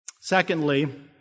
Secondly